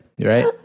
Right